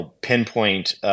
pinpoint